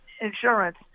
insurance